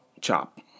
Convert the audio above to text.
Chop